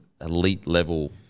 elite-level